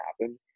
happen